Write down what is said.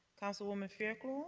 councilwoman fairclough.